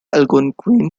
algonquian